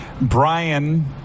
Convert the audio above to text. brian